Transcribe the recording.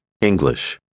English